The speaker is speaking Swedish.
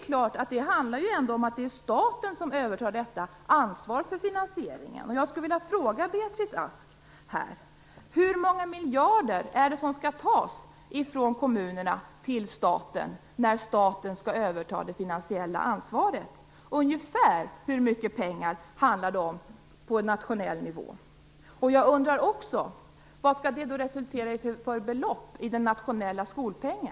Det handlar ju om att staten övertar ansvaret för finansieringen. Hur många miljarder är det, Beatrice Ask, som skall tas från kommunerna till staten, när staten skall överta det finansiella ansvaret? Ungefär hur mycket pengar handlar det om på nationell nivå? Jag undrar också: Vad skall det resultera i för belopp i den nationella skolpengen?